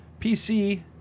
PC